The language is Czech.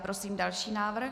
Prosím další návrh.